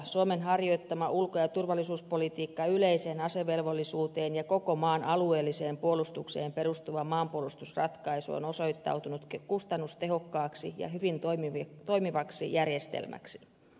suomen harjoittama ulko ja turvallisuuspolitiikka yleiseen asevelvollisuuteen ja koko maan alueelliseen puolustukseen perustuva maanpuolustusratkaisu on osoittautunut kustannustehokkaaksi ja hyvin toimivaksi järjestelmäksi